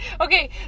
Okay